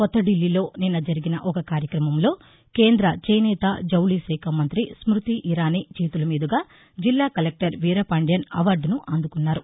కొత్త దిల్లీలో నిన్న జరిగిన ఒక కార్యక్రమంలో కేంధ చేనేతజౌళి శాఖ మంతి స్పతీ ఇరానీ చేతుల మీదుగా జిల్లా కలెక్టర్ వీర పాంధ్యన్ అవార్డును అందుకున్నారు